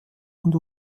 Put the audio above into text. und